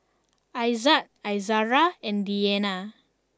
Izzat Izara and Diyana